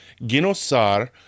ginosar